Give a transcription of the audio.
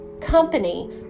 company